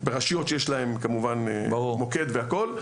ברשויות שיש להם כמובן מוקד והכל,